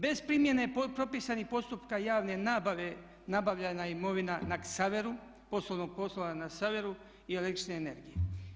Bez primjene propisanih postupka javne nabave nabavljena je imovina na Ksaveru, poslovnog prostora na Ksaveru i električne energije.